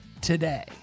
today